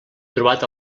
trobat